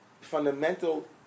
fundamental